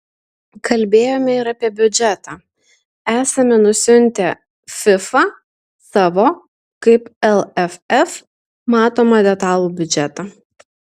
kalbėjome ir apie biudžetą esame nusiuntę fifa savo kaip lff matomą detalų biudžetą